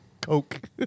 coke